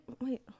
wait